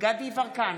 דסטה גדי יברקן,